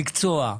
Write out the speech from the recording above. מקצוע,